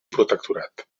protectorat